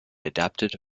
adapted